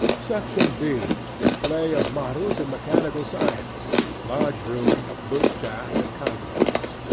section b display of models and mechanical science. large room, boot-jack and countenance.